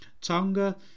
Tonga